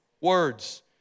words